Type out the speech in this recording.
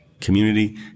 community